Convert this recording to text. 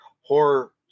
horror